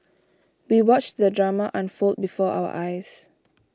we watched the drama unfold before our eyes